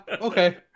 okay